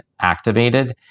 activated